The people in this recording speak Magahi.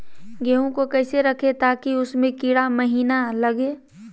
गेंहू को कैसे रखे ताकि उसमे कीड़ा महिना लगे?